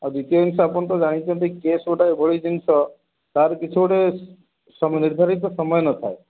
ଆଉ ଦ୍ୱିତୀୟ ଜିନଷ ଆପଣ ତ ଜାଣିଛନ୍ତି କେସ୍ ଗୋଟିଏ ଏଭଳି ଜିନଷ ତାର କିଛି ଗୋଟେ ସମୟ ନିର୍ଦ୍ଧାରିତ ସମୟ ନଥାଏ